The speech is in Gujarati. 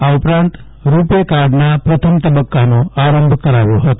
આ ઉપરાંત રૂપે કાર્ડના પ્રથમ તબક્કાનો આરંભ કરાવ્યો હતો